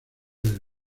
del